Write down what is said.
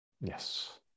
yes